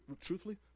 truthfully